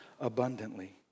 abundantly